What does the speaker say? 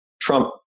Trump